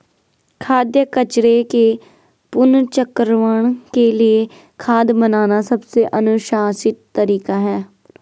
खाद्य कचरे के पुनर्चक्रण के लिए खाद बनाना सबसे अनुशंसित तरीका है